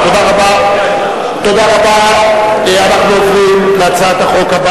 חבר הכנסת דוד רותם הודיע שהוא הצביע והצבעתו לא נקלטה,